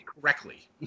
correctly